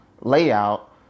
layout